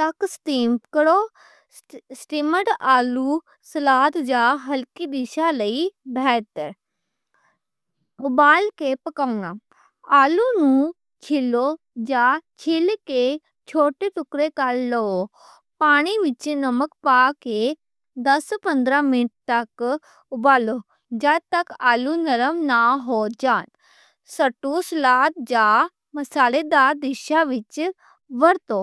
تک سٹیم کرو۔ سٹیمڈ آلو سلاد جاں ہلکی ڈش لئی بہتر۔ ابال کے پکونا آلو چھلو جاں چھل کے چھوٹے ٹکرے۔ پانی وچ نمک پا کے دس پندرہ منٹ تک ابالو جدوں تک آلو نرم نہ ہون۔ تے سوٹو سلاد جاں مسالے دی ڈش وچ ورتو۔